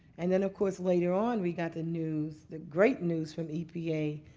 and then, of course, later on, we got the news, the great news, from epa,